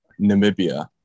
Namibia